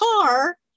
car